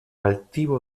altivo